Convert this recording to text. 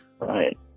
Right